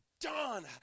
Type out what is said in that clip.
done